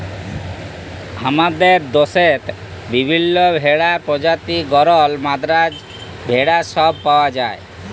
হামাদের দশেত বিভিল্য ভেড়ার প্রজাতি গরল, মাদ্রাজ ভেড়া সব পাওয়া যায়